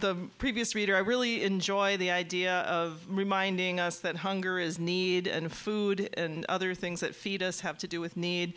the previous reader i really enjoy the idea of reminding us that hunger is need and food and other things that feed us have to do with need